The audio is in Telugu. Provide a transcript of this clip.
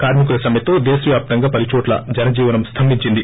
కార్మికుల సమ్మెతో దేశవ్యాప్తంగా పలు చోట్ల జనజీవనం స్తంభించింది